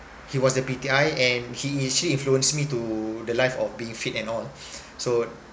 he was a P_T_I and he is actually influenced me to the life of being fit and all so